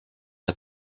der